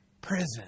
prison